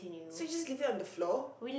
so you just leave it on the floor